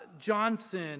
Johnson